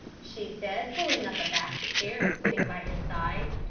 she said, pulling up a basket-chair and sitting by his side.